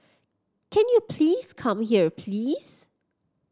can you please come here please